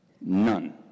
None